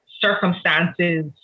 circumstances